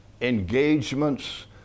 engagements